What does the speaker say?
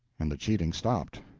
and the cheating stopped,